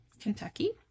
Kentucky